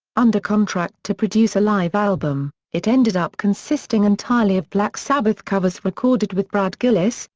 under contract to produce a live album, it ended up consisting entirely of black sabbath covers recorded with brad gillis,